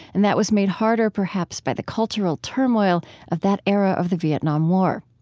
and that was made harder perhaps by the cultural turmoil of that era of the vietnam war.